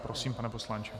Prosím, pane poslanče.